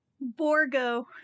Borgo